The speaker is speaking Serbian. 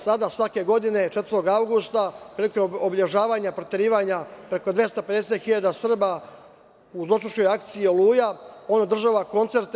Sada svake godine 4. avgusta, prilikom obeležavanja proterivanja preko 250.000 Srba u zločinačkoj akciji „Oluja“ on održava koncerte.